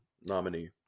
nominee